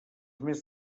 més